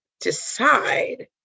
decide